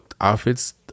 outfits